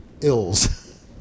ills